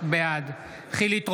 בעד חילי טרופר,